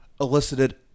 elicited